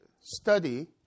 study